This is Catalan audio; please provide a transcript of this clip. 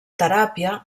teràpia